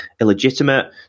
illegitimate